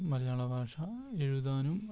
മലയാളഭാഷ എഴുതാനും